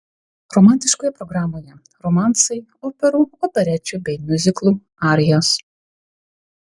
romantiškoje programoje romansai operų operečių bei miuziklų arijos